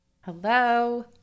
Hello